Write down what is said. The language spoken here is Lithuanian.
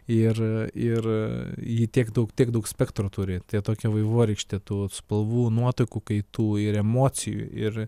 ir ir ji tiek daug tiek daug spektro turi tie tokia vaivorykštė tų spalvų nuotaikų kaitų ir emocijų ir